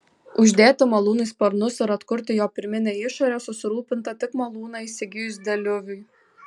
uždėti malūnui sparnus ir atkurti jo pirminę išorę susirūpinta tik malūną įsigijus deliuviui